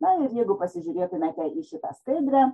na ir jeigu pasižiūrėtumėte į šitą skaidrę